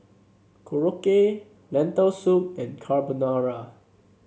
Korokke Lentil Soup and Carbonara